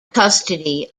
custody